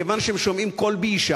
כיוון שהם שומעים קול אשה,